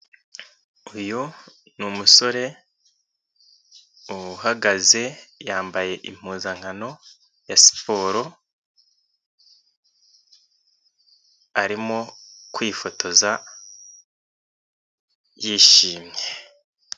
Uyu n'umusore uhagaze, yambaye impuzankano ya siporo, arimo kwifotoza yishimye.